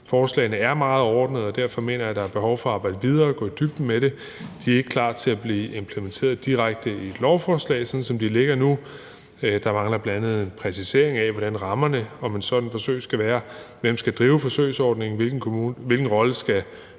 Forslagene er meget overordnede, og derfor mener jeg, der er behov for at arbejde videre og gå i dybden med det. De er ikke klar til at blive implementeret direkte i et lovforslag, sådan som de ligger nu. Der mangler bl.a. en præcisering af, hvordan rammerne om et sådant forsøg skal være. Hvem skal drive forsøgsordningen? Hvilken rolle skal